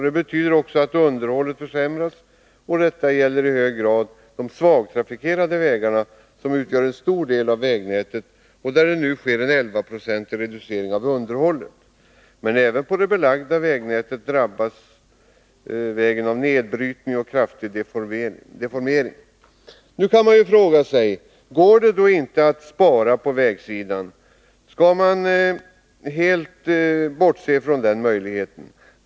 Det betyder också att underhållet försämras. Detta gäller i hög grad de s.k. svagtrafikerade vägarna, som utgör en stor del av vägnätet. För dessa sker nu en 11-procentig reducering av underhållet. Men även det belagda vägnätet drabbas av nedbrytning och kraftig deformering. Kan man då inte alls spara på vägsidan? Skall man helt bortse från den möjligheten?